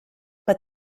but